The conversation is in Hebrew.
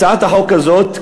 הצעת החוק הזאת,